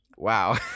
Wow